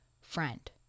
Friend